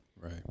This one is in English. Right